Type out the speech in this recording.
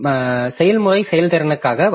செயல்முறை செயல்திறனுக்கான வழி சிறந்தது